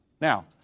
Now